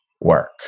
work